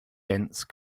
dense